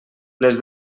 les